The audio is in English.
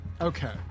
Okay